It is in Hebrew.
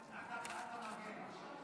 בבקשה, גברתי, עד שלוש דקות